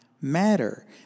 matter